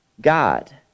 God